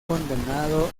condenado